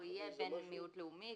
הוא יהיה בן מיעוט לאומי,